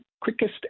quickest